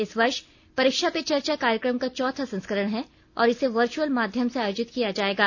इस वर्ष परीक्षा पे चर्चा कार्यक्रम का चौथा संस्करण है और इसे वर्चुअल माध्यम से आयोजित किया जाएगा